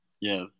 Yes